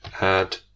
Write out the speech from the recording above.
add